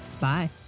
Bye